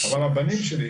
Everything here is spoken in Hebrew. אבל הבנים שלי,